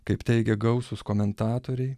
kaip teigia gausūs komentatoriai